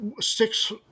six